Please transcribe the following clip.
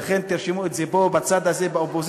לכן תרשמו את זה פה בצד הזה באופוזיציה,